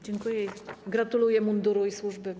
Dziękuję i gratuluję munduru i służby.